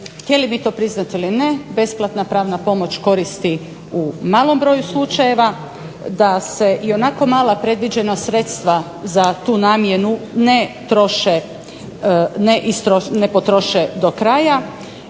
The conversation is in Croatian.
htjeli mi to priznati ili ne besplatna pravna pomoć koristi u malom broju slučajeva, da se ionako mala predviđena sredstva za tu namjenu ne troše, ne potroše do kraja.